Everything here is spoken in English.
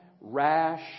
rash